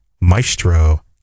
maestro